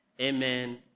Amen